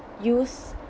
use